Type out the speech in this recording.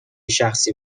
شخصی